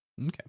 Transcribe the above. Okay